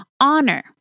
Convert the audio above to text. honor